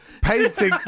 painting